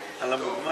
תודה.